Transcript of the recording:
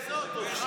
כי זה פשע לאומני.